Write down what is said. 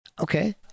Okay